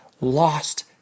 lost